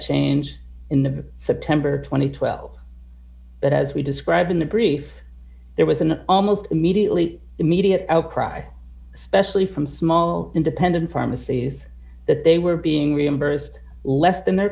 change in the september two thousand and twelve but as we described in the brief there was an almost immediately immediate outcry especially from small independent pharmacies that they were being reimbursed less than their